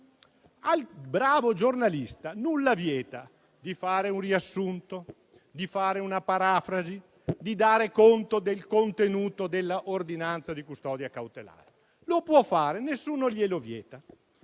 Al bravo giornalista nulla vieta di fare un riassunto, di fare una parafrasi, di dare conto del contenuto dell'ordinanza di custodia cautelare. Lo può fare, nessuno glielo vieta.